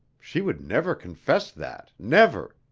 she would never confess that, never.